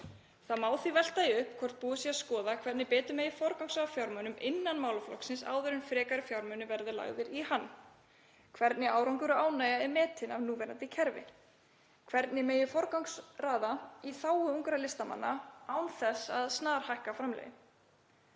Því má velta upp hvort búið sé að skoða hvernig betur megi forgangsraða fjármunum innan málaflokksins áður en frekari fjármunir verði lagðir í hann, hvernig árangur og ánægja sé metin af núverandi kerfi og hvernig megi forgangsraða í þágu ungra listamanna án þess að snarhækka framlögin.